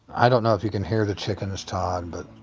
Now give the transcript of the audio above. i don't know if you can hear the chickens, todd. but